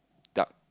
duck